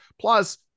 plus